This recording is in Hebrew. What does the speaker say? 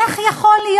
איך יכול להיות,